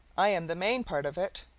i am the main part of it,